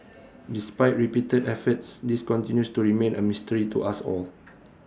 despite repeated efforts this continues to remain A mystery to us all